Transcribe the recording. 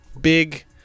big